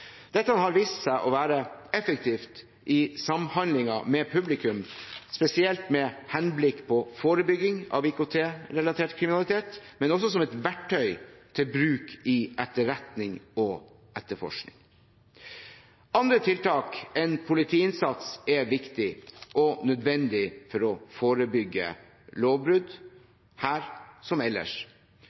Dette har vist seg å være effektivt i samhandlingen med publikum, spesielt med henblikk på forebygging av IKT-relatert kriminalitet, men også som et verktøy til bruk i etterretning og etterforskning. Andre tiltak enn politiinnsats er viktig og nødvendig for å forebygge lovbrudd, her som ellers.